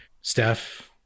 Steph